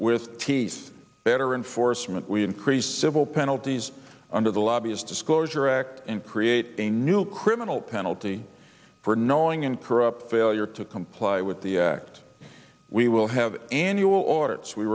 with teeth better in force meant we increased civil penalties under the lobbyist disclosure act and create a new criminal penalty for knowing in corrupt failure to comply with the act we will have annual arts we